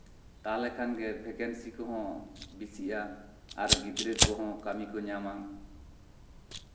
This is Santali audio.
ᱛᱟᱦᱚᱞᱮ ᱠᱷᱟᱱ ᱜᱮ ᱵᱷᱮᱠᱮᱱᱥᱤ ᱠᱚᱦᱚᱸ ᱵᱮᱥᱤᱜᱼᱟ ᱟᱨ ᱜᱤᱫᱽᱨᱟᱹ ᱠᱚᱦᱚᱸ ᱠᱟᱹᱢᱤ ᱠᱚ ᱧᱟᱢᱟ